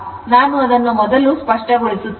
ಈಗ ನಾನು ಅದನ್ನು ಮೊದಲು ಸ್ಪಷ್ಟಗೊಳಿಸುತ್ತೇನೆ